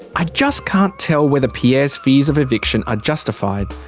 i just can't tell whether pierre's fears of eviction are justified.